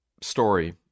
story